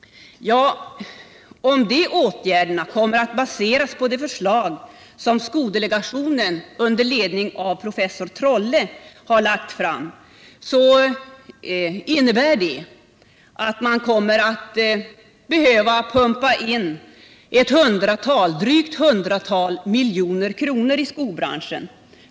Om de åtgärderna kommer att baseras på det förslag som skodelegationen under ledning av professor af Trolle har lagt fram innebär det att man för att klara försörjningsberedskapen behöver pumpa in ett drygt hundratal miljoner kronor i skobranschen.